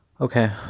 Okay